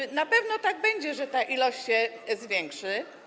I na pewno tak będzie, że ta ilość się zwiększy.